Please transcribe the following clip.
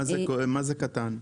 מה זה קטן?